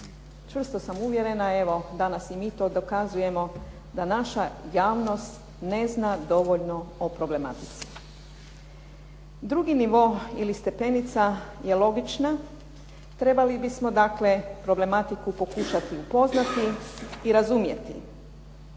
Čvrsto sam uvjerena, evo danas i mi to dokazujemo, da naša javnost ne zna dovoljno o problematici. Drugi nivo ili stepenica je logična, trebali bismo dakle problematiku pokušati upoznati i razumjeti